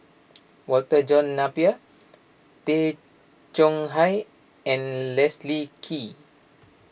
Walter John Napier Tay Chong Hai and Leslie Kee